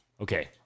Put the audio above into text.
okay